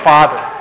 Father